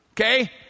Okay